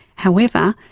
however,